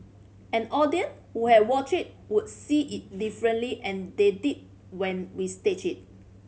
an audience who had watched it would see it differently and they did when we staged it